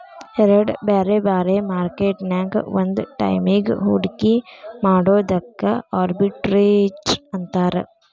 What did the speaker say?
ಎರಡ್ ಬ್ಯಾರೆ ಬ್ಯಾರೆ ಮಾರ್ಕೆಟ್ ನ್ಯಾಗ್ ಒಂದ ಟೈಮಿಗ್ ಹೂಡ್ಕಿ ಮಾಡೊದಕ್ಕ ಆರ್ಬಿಟ್ರೇಜ್ ಅಂತಾರ